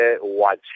watch